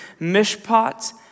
mishpat